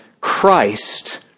Christ